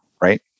right